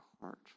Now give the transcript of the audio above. heart